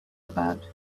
about